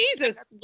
Jesus